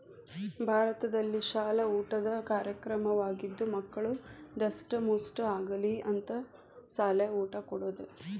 ಭಾರತದಲ್ಲಿಶಾಲ ಊಟದ ಕಾರ್ಯಕ್ರಮವಾಗಿದ್ದು ಮಕ್ಕಳು ದಸ್ಟಮುಷ್ಠ ಆಗಲಿ ಅಂತ ಸಾಲ್ಯಾಗ ಊಟ ಕೊಡುದ